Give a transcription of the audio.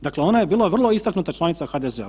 Dakle, ona je bila vrlo istaknuta članica u HDZ-u.